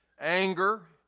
anger